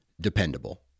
dependable